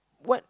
what